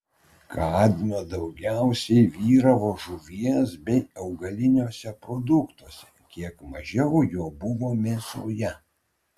kadmio daugiausiai vyravo žuvies bei augaliniuose produktuose kiek mažiau jo buvo mėsoje